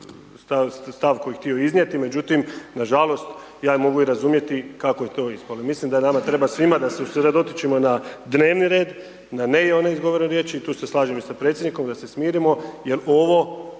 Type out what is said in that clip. stav koji je htio iznijeti, međutim, nažalost, ja i mogu i razumjeti kako je to uspjelo. Mislim da nama treba svima da se usredotočimo na dnevni red, na ne i one izgovorene riječi i tu se slažemo i sa predsjednikom da se smirimo, jer ovo